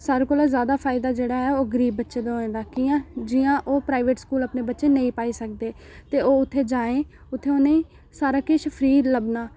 सारें कोला जैदा फायदा जेह्ड़ा ऐ ओह् गरीब बच्चें दा होए दा ऐ कि'यां जि'यां ओह् प्राइवेट स्कूल अपने बच्चे नेईं पाई सकदे ते ओह् उत्थै जान उत्थै उ'नें ई सारा किश फ्री लब्भना